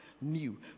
new